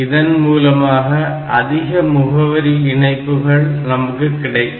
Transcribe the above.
இதன் மூலமாக அதிக முகவரி இணைப்புகள் நமக்கு கிடைக்கும்